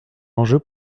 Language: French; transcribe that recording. enjeu